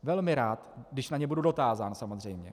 Velmi rád, když na ně budu dotázán, samozřejmě.